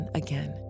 again